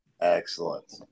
Excellent